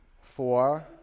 Four